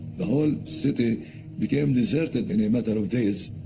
the whole city became deserted in a matter of days.